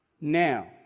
Now